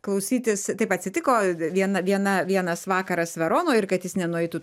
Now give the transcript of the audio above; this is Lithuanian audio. klausytis taip atsitiko viena viena vienas vakaras veronoj ir kad jis nenueitų